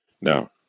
Now